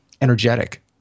energetic